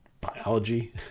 biology